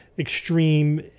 extreme